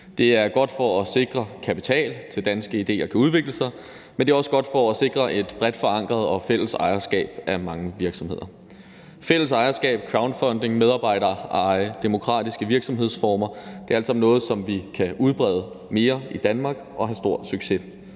Det er godt for at sikre kapital til, at danske idéer kan udvikles, men det er også godt for at sikre et bredt forankret og fælles ejerskab af mange virksomheder. Fælles ejerskab, crowdfunding, medarbejdereje, demokratiske virksomhedsformer er alt sammen noget, som vi kan udbrede mere i Danmark og have stor succes